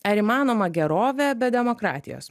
ar įmanoma gerovė be demokratijos